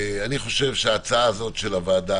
אני חושב שההצעה הזאת של הוועדה